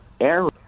error